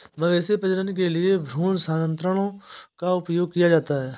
मवेशी प्रजनन के लिए भ्रूण स्थानांतरण का उपयोग किया जाता है